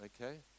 okay